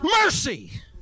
Mercy